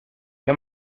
qué